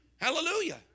Hallelujah